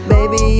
Baby